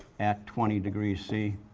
at twenty degrees c.